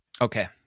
okay